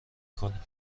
کنیم